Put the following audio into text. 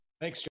Thanks